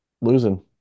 losing